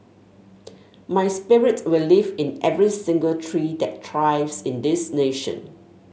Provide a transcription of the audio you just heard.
my spirit will live in every single tree that thrives in this nation